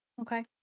Okay